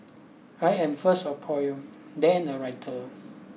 I am first a poet then a writer